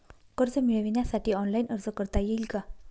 कर्ज मिळविण्यासाठी ऑनलाइन अर्ज करता येईल का?